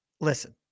listen